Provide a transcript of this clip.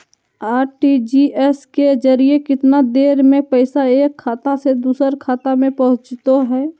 RTGS के जरिए कितना देर में पैसा एक खाता से दुसर खाता में पहुचो है?